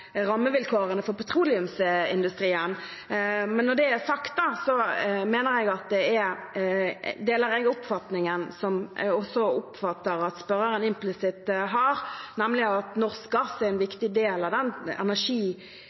rammevilkårene for petroleumsindustrien. Men når det er sagt, deler jeg oppfatningen som jeg også oppfatter at spørreren implisitt har, nemlig at norsk gass er en viktig del av den